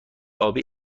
آبی